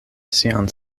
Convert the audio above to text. sian